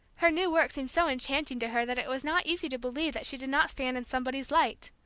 her new work seemed so enchanting to her that it was not easy to believe that she did not stand in somebody's light.